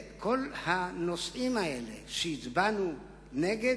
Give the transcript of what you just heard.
כל הנושאים האלה שבהם הצבענו נגד,